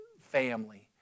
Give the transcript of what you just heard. family